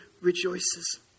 rejoices